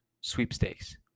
sweepstakes